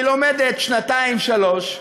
היא לומדת שנתיים-שלוש,